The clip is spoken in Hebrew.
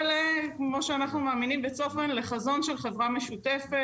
וכמו שאנחנו מאמינים בצופן, לחזות של חברה משותפת.